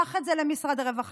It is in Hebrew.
קח את זה למשרד הרווחה,